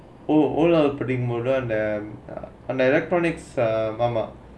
oh oh அதே:athae electronics